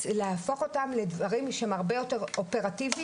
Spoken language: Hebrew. להפוך אותם לדברים שהם הרבה יותר אופרטיביים,